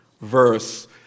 verse